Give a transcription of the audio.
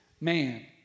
man